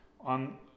on